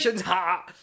ha